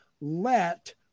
let